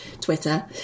twitter